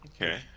Okay